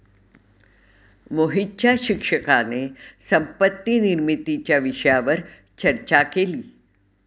मोहितच्या शिक्षकाने संपत्ती निर्मितीच्या विषयावर चर्चा केली